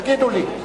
תגידו לי.